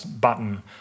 button